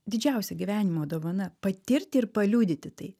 didžiausia gyvenimo dovana patirti ir paliudyti tai